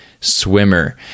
swimmer